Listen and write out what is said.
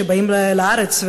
שבאים לארץ,